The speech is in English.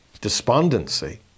despondency